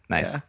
Nice